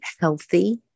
healthy